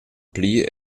pli